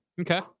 Okay